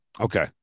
Okay